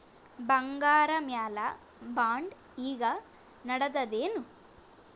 ಬಂಗಾರ ಮ್ಯಾಲ ಬಾಂಡ್ ಈಗ ನಡದದೇನು?